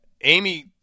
Amy